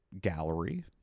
gallery